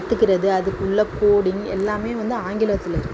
கற்றுக்கிறது அதுக்குள்ளே கோடிங் எல்லாமே வந்து ஆங்கிலத்தில் இருக்குது